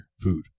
food